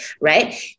right